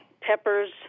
peppers